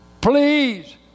Please